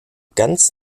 ganz